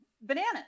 bananas